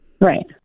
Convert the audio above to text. right